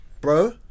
Bro